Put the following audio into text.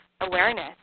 awareness